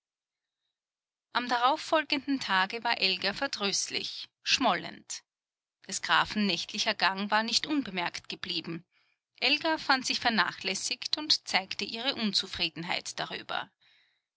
am darauf folgenden tage war elga verdrüßlich schmollend des grafen nächtlicher gang war nicht unbemerkt geblieben elga fand sich vernachlässigt und zeigte ihre unzufriedenheit darüber